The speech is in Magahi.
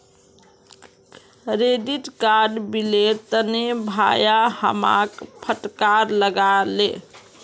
क्रेडिट कार्ड बिलेर तने भाया हमाक फटकार लगा ले